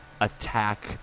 attack